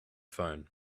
phone